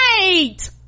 right